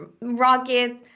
rocket